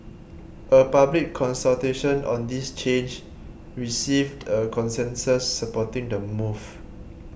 a public consultation on this change received a consensus supporting the move